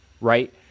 right